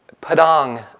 Padang